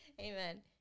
Amen